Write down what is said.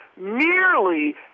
merely